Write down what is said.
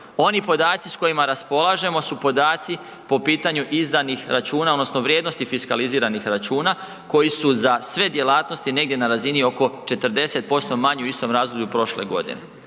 Oni podaci s kojima raspolažemo su podaci po pitanju izdanih računa odnosno vrijednosti fiskaliziranih računa koji su za sve djelatnosti negdje na razini oko 40% manji u istom razdoblju prošle godine.